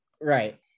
Right